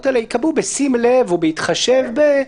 האלה ייקבעו בשים לב או בהתחשב ב-,